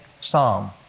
psalm